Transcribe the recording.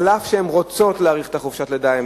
אף שהן רוצות להאריך את חופשת הלידה,